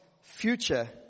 future